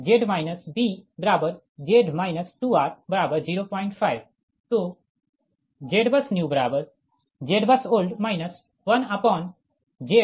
तो j2 और n3 और Z bZ 2r05